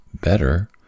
better